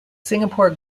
singapore